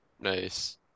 nice